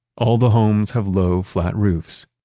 all the homes have low flat roofs.